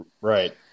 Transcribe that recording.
Right